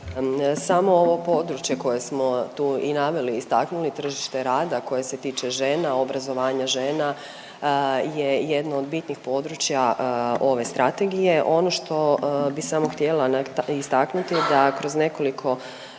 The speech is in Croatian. Samo ovo područje koje smo tu i naveli i istaknuli tržište rada koje se tiče žena, obrazovanja žena je jedno od bitnih područja ove strategije. Ono što bi samo htjela istaknuti da kroz nekoliko krugova